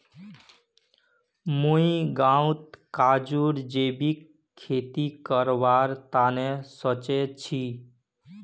मुई गांउत काजूर जैविक खेती करवार तने सोच छि